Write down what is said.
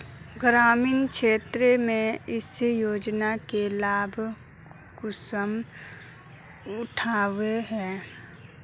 ग्रामीण क्षेत्र में इस योजना के लाभ कुंसम उठावे है?